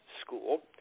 school